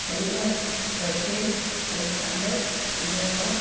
Kavinath Rashwin Alexander Vinoba